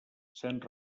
sent